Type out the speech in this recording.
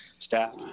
staff